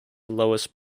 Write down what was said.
lois